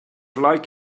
like